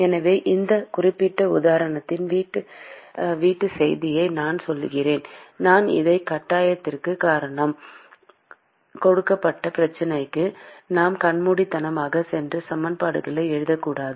எனவே இந்த குறிப்பிட்ட உதாரணத்தின் வீட்டுச் செய்தியை நான் சொல்கிறேன் நான் இதைக் காட்டியதற்குக் காரணம் கொடுக்கப்பட்ட பிரச்சனைக்கு நாம் கண்மூடித்தனமாகச் சென்று சமன்பாடுகளை எழுதக்கூடாது